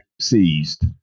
seized